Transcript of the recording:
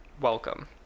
welcome